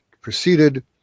proceeded